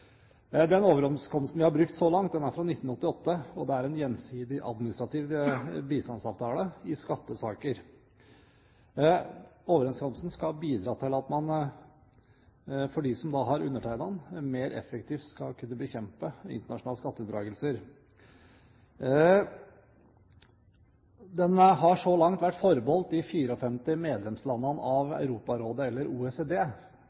Den overenskomsten vi har brukt så langt, er fra 1988, og det er en gjensidig administrativ bistandsavtale i skattesaker. Overenskomsten skal bidra til at de som har undertegnet den, mer effektivt skal kunne bekjempe internasjonale skatteunndragelser. Den har så langt vært forbeholdt de 54 landene som er medlem av Europarådet eller OECD